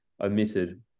omitted